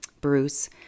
Bruce